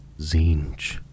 Zinch